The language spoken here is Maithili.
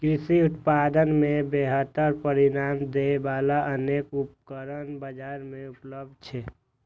कृषि उत्पादन मे बेहतर परिणाम दै बला अनेक उपकरण बाजार मे उपलब्ध छै